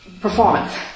performance